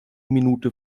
minute